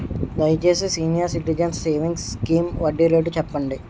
దయచేసి senior citizens savings scheme వడ్డీ rate చెప్పండి